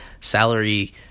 salary